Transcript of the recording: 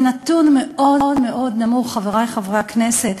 זה נתון מאוד מאוד נמוך, חברי חברי הכנסת.